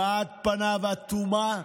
הבעת פניו אטומה,